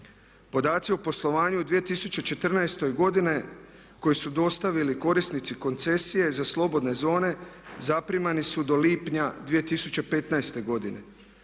Podaci o poslovanju u 2014. godine koji su dostavili korisnici koncesije za slobodne zone zaprimani su do lipnja 2015. godine,